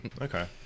Okay